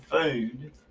Food